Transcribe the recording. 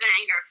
anger